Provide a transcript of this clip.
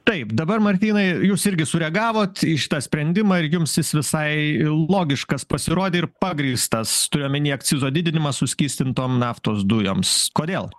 taip dabar martynai jūs irgi sureagavot į šitą sprendimą ir jums jis visai logiškas pasirodė ir pagrįstas turiu omenyje akcizo didinimą suskystintom naftos dujoms kodėl